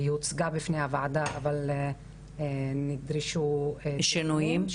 היא הוצגה בפני הוועדה אבל נדרשו שינויים,